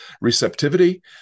receptivity